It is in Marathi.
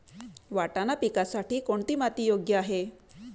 वाटाणा पिकासाठी कोणती माती योग्य आहे?